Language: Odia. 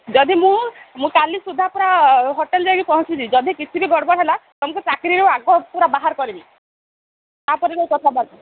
ଯଦି ମୁଁ ମୁଁ କାଲି ସୁଦ୍ଧା ପୁରା ହୋଟେଲ୍ ଯାଇକି ପହଞ୍ଚିବି ଯଦି କିଛି ବି ଗଡ଼ବଡ଼ ହେଲା ତୁମକୁ ଚାକିରିରୁ ଆଗ ପୁରା ବାହାର କରିବି ତାପରେ ମୁଁ କଥାବାର୍ତ୍ତା